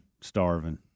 starving